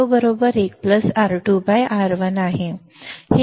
तर Vo 1 R2 by R1 आहे